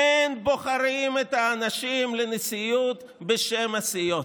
אין בוחרים את האנשים לנשיאות בשם הסיעות,